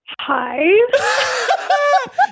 Hi